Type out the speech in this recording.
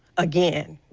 again,